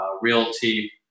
Realty